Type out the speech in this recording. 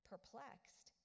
Perplexed